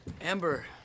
Amber